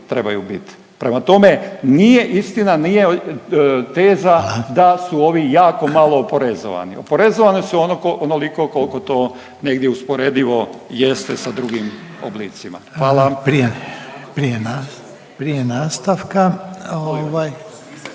trebaju bit, prema tome nije istina, nije teza…/Upadica Reiner: Hvala./…da su ovi jako malo oporezovani, oporezovani su onoliko koliko to negdje usporedivo jeste sa drugim oblicima, hvala. **Reiner,